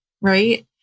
right